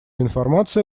информация